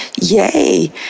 yay